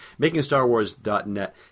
makingstarwars.net